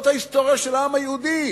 זאת ההיסטוריה של העם היהודי,